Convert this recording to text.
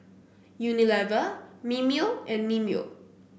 Unilever Mimeo and Mimeo